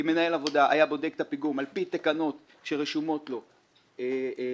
אם מנהל עבודה היה בודק את הפיגום על פי תקנות שישנן בהגדרות